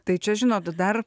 tai čia žinot dar